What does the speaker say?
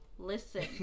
Listen